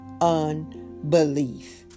unbelief